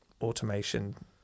automation